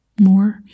more